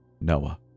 Noah